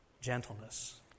gentleness